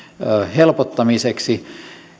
helpottamiseksi